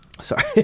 sorry